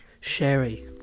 sherry